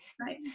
Right